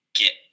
get